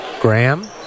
Graham